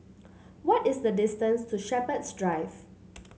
what is the distance to Shepherds Drive